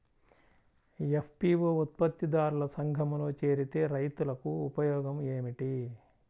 FPO ఉత్పత్తి దారుల సంఘములో చేరితే రైతులకు ఉపయోగము ఏమిటి?